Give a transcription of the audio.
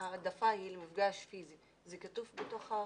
שההעדפה היא למפגש פיסי, זה כתוב בחוק?